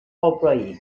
employés